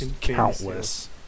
countless